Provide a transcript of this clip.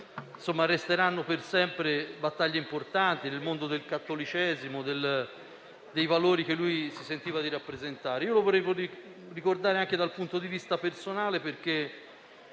perché resteranno per sempre importanti nel mondo del cattolicesimo, per i valori che si sentiva di rappresentare. Vorrei ricordarlo anche dal punto di vista personale perché